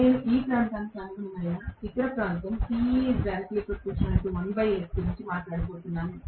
నేను ఈ ప్రాంతానికి అనుగుణమైన ఇతర ప్రాంతం గురించి మాట్లాడబోతున్నాను